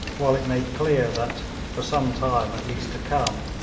while it made clear that, for some time at least to come,